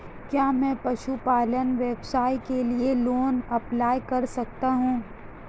क्या मैं पशुपालन व्यवसाय के लिए लोंन अप्लाई कर सकता हूं?